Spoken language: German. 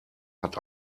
hat